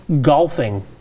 golfing